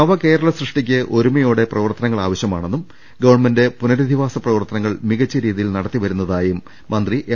നവകേരള സൃഷ്ടിക്ക് ഒരുമയോടെ പ്രവർത്തനങ്ങൾ ആവശ്യമാണെന്നും ഗവൺമെന്റ് പുനരധിവാസ പ്രവർത്തനങ്ങൾ മികച്ച രീതിയിൽ നടത്തി വരുന്നതായും മന്ത്രി എം